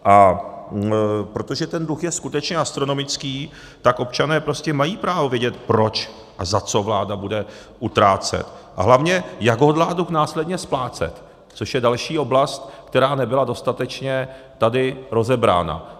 A protože ten dluh je skutečně astronomický, tak občané prostě mají právo vědět, proč a za co vláda bude utrácet, a hlavně jak hodlá dluh následně splácet, což je další oblast, která nebyla dostatečně tady rozebrána.